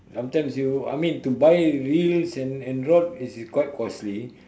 sometimes you I mean to buy reels and and rods is quite costly